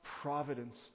providence